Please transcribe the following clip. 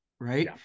right